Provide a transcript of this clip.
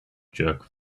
jerk